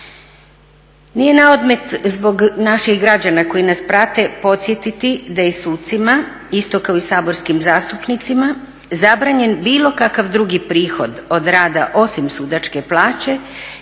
Nije naodmet zbog naših građana koji nas prate podsjetiti da je sucima isto kao i saborskim zastupnicima zabranjen bilo kakav drugi prihod od rada osim sudačke plaće